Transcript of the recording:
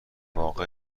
واقع